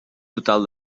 total